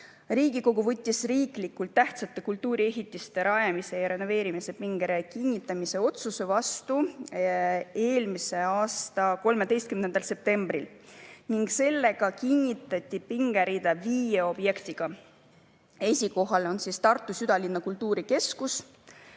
Riigikogu võttis riiklikult tähtsate kultuuriehitiste rajamise ja renoveerimise pingerea kinnitamise otsuse vastu eelmise aasta 13. septembril ning sellega kinnitati pingerida viie objektiga. Esikohal on Tartu südalinna kultuurikeskus,